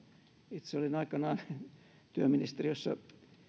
itse olin aikanaan työministeriössä